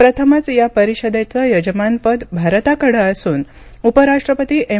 प्रथमच या परिषदेचं यजमानपद भारताकडे असून उपराष्ट्रपती एम